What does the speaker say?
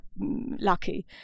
lucky